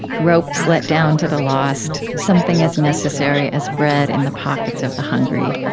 ropes let down to the lost, something as necessary as bread in the pockets of the hungry.